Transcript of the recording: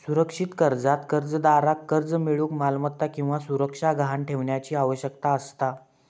सुरक्षित कर्जात कर्जदाराक कर्ज मिळूक मालमत्ता किंवा सुरक्षा गहाण ठेवण्याची आवश्यकता असता